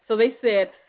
so they said,